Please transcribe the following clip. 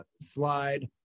slide